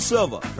Silva